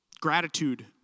gratitude